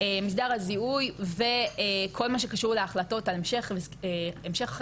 מסדר הזיהוי וכל מה שקשור להחלטות על המשך החקירה,